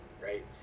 right